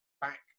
back